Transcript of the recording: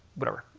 whatever,